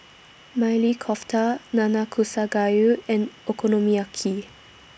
Maili Kofta Nanakusa Gayu and Okonomiyaki